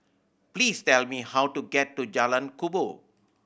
please tell me how to get to Jalan Kubor